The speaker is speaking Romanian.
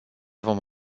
vom